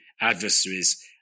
adversaries